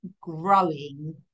growing